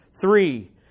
Three